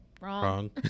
Wrong